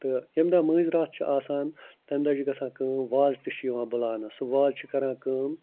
تہٕ ییٚمہِ دۄہ مٲنٛزۍ راتھ چھِ آسان تَمہِ دۄہ چھِ گژھان کٲم وازٕ تہِ چھِ یِوان بُلاونہٕ سُہ وازٕ چھِ کران کٲم